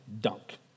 dunk